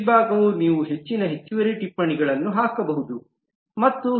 ಈ ಭಾಗವು ನೀವು ಹೆಚ್ಚಿನ ಹೆಚ್ಚುವರಿ ಟಿಪ್ಪಣಿಗಳನ್ನು ಹಾಕಬಹುದು ಮತ್ತು ಹೀಗೆ